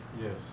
Yes